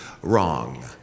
wrong